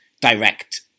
direct